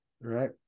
right